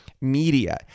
media